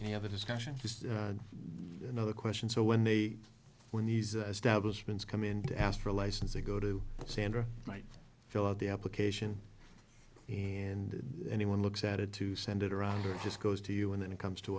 a discussion just another question so when they when these establishments come in to ask for a license they go to sandra might fill out the application and anyone looks at it to send it around just goes to you and then it comes to